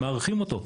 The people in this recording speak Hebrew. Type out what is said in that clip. הם מארחים אותו,